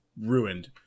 Ruined